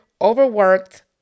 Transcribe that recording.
overworked